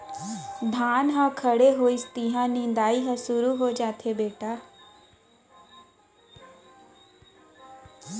धान ह खड़े होइस तिहॉं निंदई ह सुरू हो जाथे बेटा